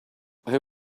who